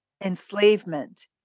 enslavement